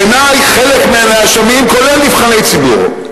בעיני, חלק מהנאשמים, כולל נבחרי ציבור,